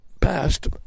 past